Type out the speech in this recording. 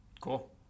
Cool